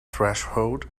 threshold